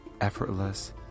effortless